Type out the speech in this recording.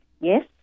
Yes